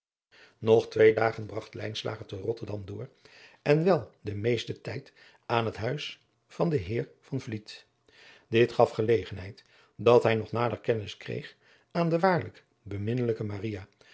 nog twee dagen bragt lijnslager te rotterdam door en wel den meesten tijd aan het huis van den heer van vliet dit gaf gelegenheid dat hij nog nader kennis kreeg aan de waarlijk beminnelijke